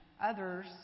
Others